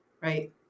right